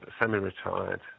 semi-retired